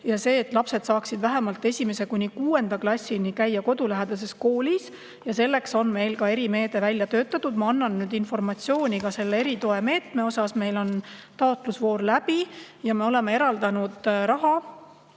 aga see, et lapsed saaksid vähemalt 1. kuni 6. klassini käia kodulähedases koolis. Ja selleks on meil ka erimeede välja töötatud. Ma annan nüüd informatsiooni ka selle eritoe meetme kohta. Meil on taotlusvoor läbi ja me oleme eraldanud raha